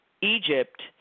Egypt